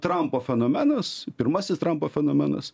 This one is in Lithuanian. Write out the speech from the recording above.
trampo fenomenas pirmasis trampo fenomenas